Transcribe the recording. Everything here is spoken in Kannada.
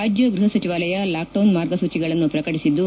ರಾಜ್ಜ ಗೃಹ ಸಚಿವಾಲಯ ಲಾಕ್ಡೌನ್ ಮಾರ್ಗಸೂಚಿಗಳನ್ನು ಪ್ರಕಟಿಸಿದ್ದು